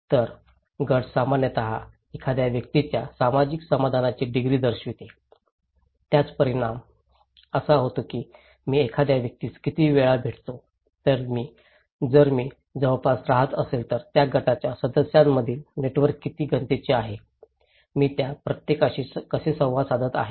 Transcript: तर गट सामान्यत एखाद्या व्यक्तीच्या सामाजिक समाधानाची डिग्री दर्शवितो याचा परिणाम असा होतो की मी एखाद्या व्यक्तीस किती वेळा भेटतो जर मी जवळपास राहत असेल तर त्या गटाच्या सदस्यांमधील नेटवर्क किती घनतेचे आहे मी त्या प्रत्येकाशी कसे संवाद साधत आहे